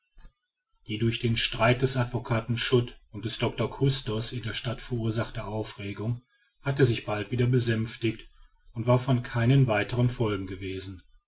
die durch den streit des advocaten schut und des doctor custos in der stadt verursachte aufregung hatte sich bald wieder besänftigt und war von keinen weiteren folgen gewesen